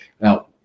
Now